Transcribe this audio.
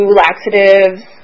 laxatives